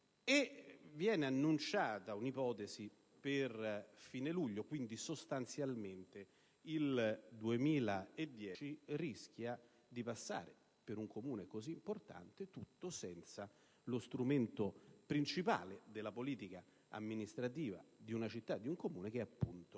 Viene annunciata un'ipotesi per fine luglio, quindi sostanzialmente tutto il 2010 rischia di passare, in un Comune così importante, senza lo strumento principale della politica amministrativa di una città o di un Comune, che è appunto